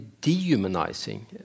dehumanizing